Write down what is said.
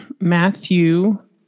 Matthew